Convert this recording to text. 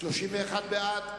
31 בעד,